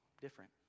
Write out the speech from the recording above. different